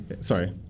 Sorry